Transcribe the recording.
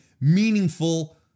meaningful